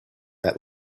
that